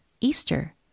Easter